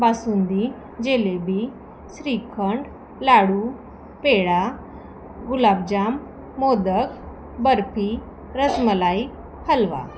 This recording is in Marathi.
बासुंदी जिलेबी श्रीखंड लाडू पेढा गुलाबजाम मोदक बर्फी रसमलाई हलवा